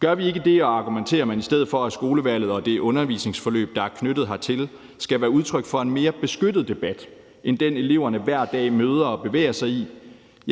Gør vi ikke det, og argumenterer man i stedet for for, at skolevalget og det undervisningsforløb, der er knyttet hertil, skal være udtryk for en mere beskyttet debat end den, eleverne hver dag møder og bevæger sig i,